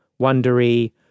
Wondery